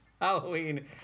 Halloween